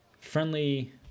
friendly